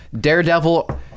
Daredevil